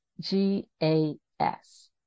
G-A-S